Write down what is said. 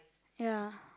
ya